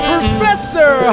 Professor